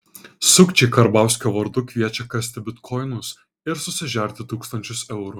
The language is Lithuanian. sukčiai karbauskio vardu kviečia kasti bitkoinus ir susižerti tūkstančius eurų